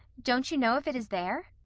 don't you know if it is there?